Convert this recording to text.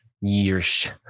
years